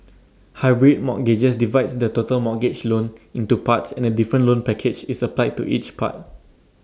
hybrid mortgages divides the total mortgage loan into parts and A different loan package is applied to each part